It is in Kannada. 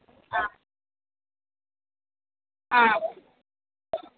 ಹಾಂ ಹಾಂ